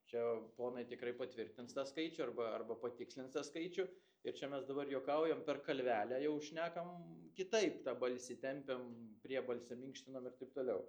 čia ponai tikrai patvirtins tą skaičių arba arba patikslins tą skaičių ir čia mes dabar juokaujam per kalvelę jau šnekam kitaip tą balsį tempiam priebalsę minkštinam ir taip toliau